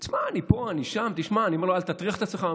אמרתי: תשמע, אני פה, אני שם, אל תטריח את עצמך.